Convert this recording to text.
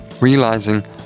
realizing